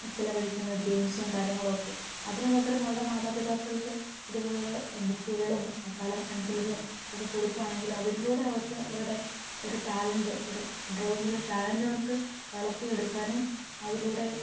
ചിലവഴിക്കുന്ന ഗെയിമ്സും കാര്യങ്ങളൊക്കെ അതിനു പകരം അവരുടെ മാതാപിതാക്കൾക്ക് ഇതുപോലെ ബുക്കുകളും കളർ പെൻസിൽസും ഒക്കെ കൊടുക്കുവാണെങ്കിൽ അതിലൂടെ അവർക്ക് അവരുടെ ഒരു ടാലന്റ് ഒരു ഡ്രോയിങ്ങിലെ ടാലൻ്ററ്റവർക്ക് വളർത്തിയെടുക്കാനും അതിലൂടെ